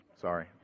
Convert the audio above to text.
sorry